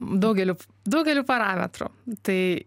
daugeliu daugeliu parametrų tai